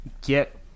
get